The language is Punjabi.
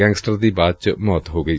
ਗੈਂਗਸਟਰ ਦੀ ਬਾਅਦ ਚ ਮੌਤ ਹੋ ਗਈ